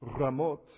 Ramot